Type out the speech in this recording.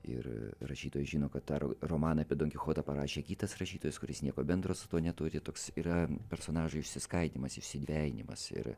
ir rašytojas žino kad tą romaną apie donkichotą parašė kitas rašytojas kuris nieko bendro su tuo neturi toks yra personažų išsiskaidymas išsidvejinimas ir